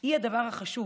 הם הדבר החשוב.